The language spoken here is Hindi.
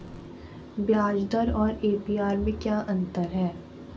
ब्याज दर और ए.पी.आर में क्या अंतर है?